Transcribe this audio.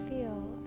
Feel